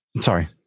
Sorry